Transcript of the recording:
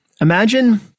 Imagine